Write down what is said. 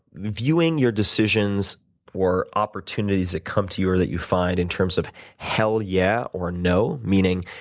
viewing your decisions or opportunities that come to you or that you find in terms of hell yeah or no meaning,